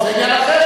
לא, זה עניין אחר.